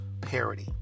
parody